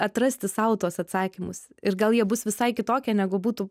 atrasti sau tuos atsakymus ir gal jie bus visai kitokie negu būtų